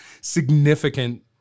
significant